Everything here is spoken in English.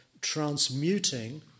transmuting